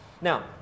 Now